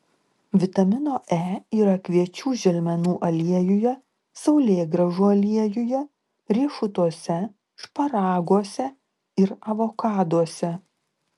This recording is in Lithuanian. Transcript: vitamino e yra kviečių želmenų aliejuje saulėgrąžų aliejuje riešutuose šparaguose ir avokaduose